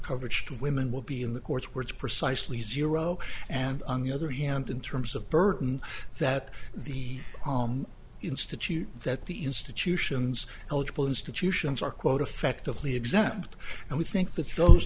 coverage to women will be in the courts where it's precisely zero and on the other hand in terms of burden that the institute that the institutions eligible institutions are quote effectively exempt and we think that tho